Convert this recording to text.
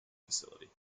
facility